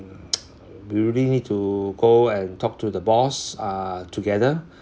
we really need to go and talk to the boss uh together